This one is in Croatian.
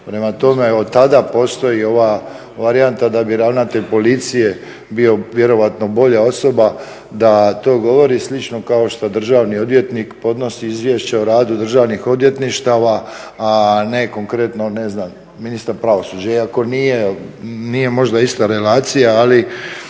Prema tome, otada postoji ova varijanta da bi ravnatelj policije bio vjerojatno bolja osoba da to govori, slično kao što državni odvjetnik podnosi izvješće o radu državnih odvjetništava a ne konkretno ne znam ministar pravosuđa. Iako nije možda ista relacija ali